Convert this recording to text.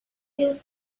you